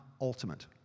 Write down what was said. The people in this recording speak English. ultimate